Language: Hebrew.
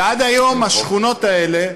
ועד היום השכונות האלה,